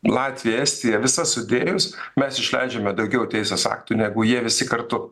latvija estija visas sudėjus mes išleidžiame daugiau teisės aktų negu jie visi kartu